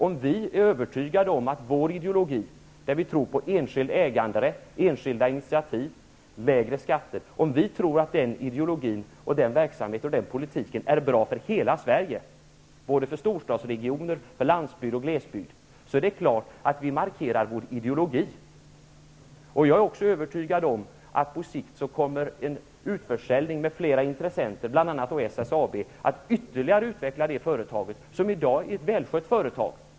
Om vi är övertygade om att en politik i enlighet med vår ideologi -- enskild äganderätt, enskilda initiativ, lägre skatter -- är bra för hela Sverige, för storstadsregioner, för landsbygd och för glesbygd, är det klart att vi markerar vår ideologi. Jag är också övertygad om att på sikt kommer en utförsäljning av statliga företag, med flera intressenter i SSAB, att ytterligare utveckla företaget som i dag är ett välskött företag.